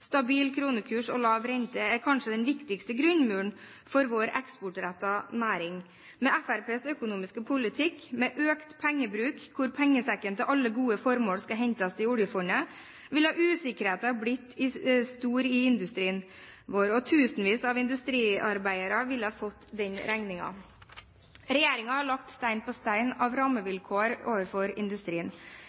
Stabil kronekurs og lav rente er kanskje den viktigste grunnmuren for vår eksportrettede næring. Med Fremskrittspartiets økonomiske politikk, med økt pengebruk, hvor pengesekken til alle gode formål skal hentes i oljefondet, ville usikkerheten blitt stor i industrien vår, og tusenvis av industriarbeidere ville ha fått den regningen. Regjeringen har lagt sten på sten av rammevilkår overfor industrien.